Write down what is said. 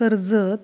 Karjat